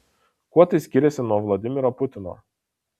kuo tai skiriasi nuo vladimiro putino